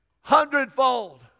hundredfold